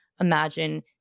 imagine